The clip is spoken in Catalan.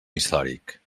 històric